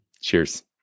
Cheers